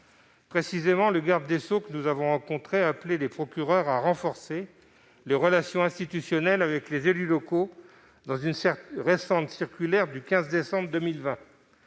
fonctions. Le garde des sceaux, que nous avons rencontré, a d'ailleurs appelé les procureurs à renforcer les relations institutionnelles avec les élus locaux dans une récente circulaire du 15 décembre 2020.